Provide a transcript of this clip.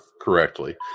correctly